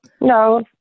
No